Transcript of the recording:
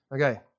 Okay